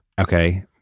Okay